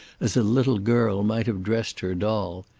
as a little girl might have dressed her doll.